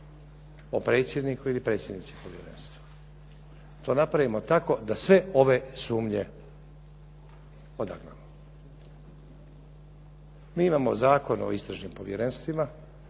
o predsjedniku ili predsjednici povjerenstva, to napravimo tako da sve ove sumnje odagnamo. Mi imamo Zakon o istražnim povjerenstvima,